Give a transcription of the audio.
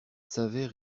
savait